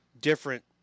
different